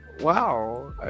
Wow